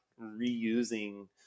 reusing